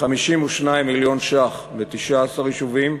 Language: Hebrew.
כ-52 מיליון ש"ח, ב-19 יישובים.